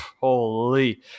holy